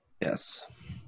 Yes